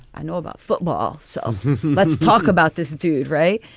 i know about football. so let's talk about this dude. right.